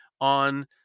on